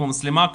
מצלמה,